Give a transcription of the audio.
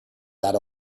that